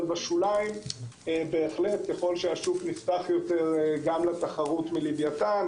בשוליים בהחלט ככל שהשוק נפתח יותר גם לתחרות מלוויתן,